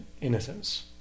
innocence